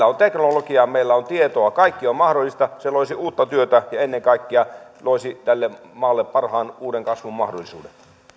on teknologia meillä on tietoa kaikki on mahdollista se loisi uutta työtä ja ennen kaikkea loisi tälle maalle parhaat uuden kasvun mahdollisuudet